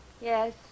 Yes